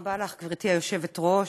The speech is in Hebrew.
גברתי היושבת-ראש,